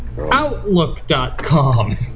Outlook.com